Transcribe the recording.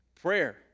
Prayer